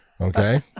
Okay